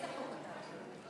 חוק אתה עכשיו?